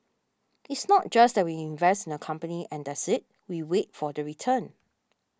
it's not just that we invest in the company and that's it we wait for the return